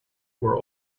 were